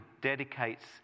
dedicates